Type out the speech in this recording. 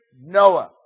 Noah